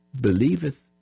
Believeth